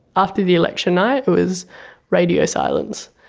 after the election night, it was radio silence.